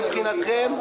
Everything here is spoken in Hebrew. מבחינתכם,